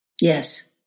Yes